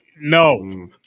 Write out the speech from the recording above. No